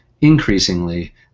increasingly